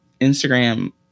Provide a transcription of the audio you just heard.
Instagram